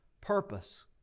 Purpose